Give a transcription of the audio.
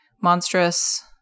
Monstrous